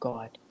God